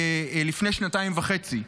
לפני שנתיים וחצי.